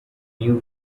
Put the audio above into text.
new